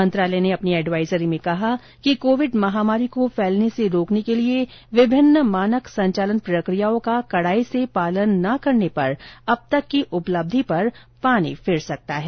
मंत्रालय ने अपनी एडवाइजरी में कहा कि कोविड महामारी को फैलने से रोकने के लिए विभिन्न मानक संचालन प्रक्रियाओं का कडाई से पालन न करने पर अब तक की उपलब्धि पर पानी फिर सकता है